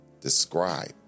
describe